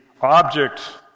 object